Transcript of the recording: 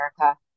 America